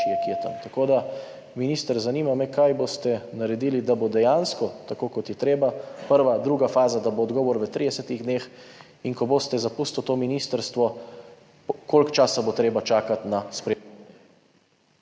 ki je tam. Tako da minister, zanima me, kaj boste naredili, da bo dejansko tako, kot je treba, za prvo, drugo fazo, da bo odgovor v 30 dneh. Ko boste zapustili to ministrstvo, koliko časa bo treba čakati na …